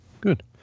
good